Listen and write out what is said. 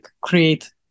create